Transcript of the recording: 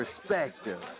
perspective